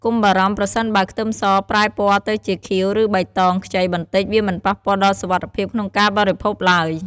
កុំបារម្ភប្រសិនបើខ្ទឹមសប្រែពណ៌ទៅជាខៀវ ឬបៃតងខ្ចីបន្តិច វាមិនប៉ះពាល់ដល់សុវត្ថិភាពក្នុងការបរិភោគឡើយ។